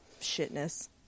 shitness